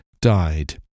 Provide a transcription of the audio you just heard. died